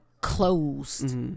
closed